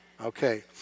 Okay